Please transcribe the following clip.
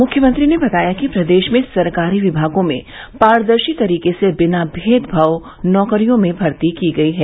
मुख्यमंत्री ने बताया कि प्रदेश में सरकारी विभागों में पारदर्शी तरीके से बिना मेदभाव नौकरियों में भर्ती की गई है